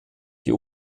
die